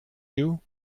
you